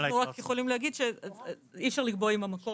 אנחנו רק יכולים להגיד שאי אפשר לקבוע אם מקור